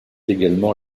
également